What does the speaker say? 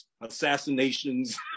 assassinations